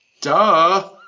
duh